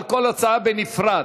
על כל הצעה בנפרד.